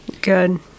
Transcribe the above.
Good